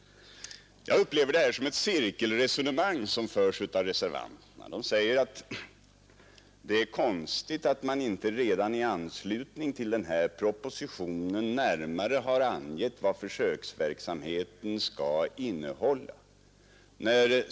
Jag upplever vad som sägs av reservanterna som ett cirkelresonemang. De säger att det är konstigt att man inte redan i anslutning till den här propositionen närmare har angivit vad försöksverksamheten skall innehålla.